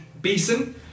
Beeson